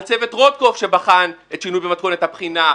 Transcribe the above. על צוות רוטקופף שבחן את השינוי במתכונת הבחינה,